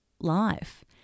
life